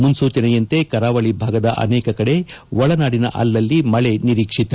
ಮುನ್ಲೂಚನೆಯಂತೆ ಕರಾವಳಿ ಭಾಗದ ಅನೇಕ ಕಡೆ ಒಳನಾಡಿನ ಅಲಲ್ಲಿ ಮಳೆ ನಿರೀಕ್ಷಿತ